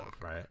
right